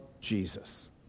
Jesus